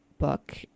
book